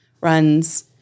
runs